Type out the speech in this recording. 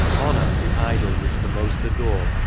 honour, the idol which the most adore,